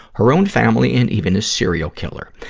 her own family, and even a serial killer.